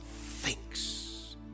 thinks